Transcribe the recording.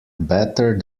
better